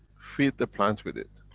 feed the plant with it.